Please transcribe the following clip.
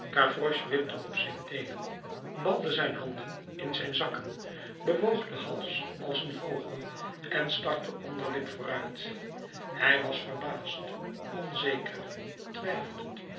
wipte op zijn teenen balde zijn handen in zijn zakken bewoog den hals als een vogel en stak de onderlip vooruit hij was verbaasd onzeker twijfelend